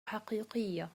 حقيقية